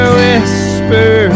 whisper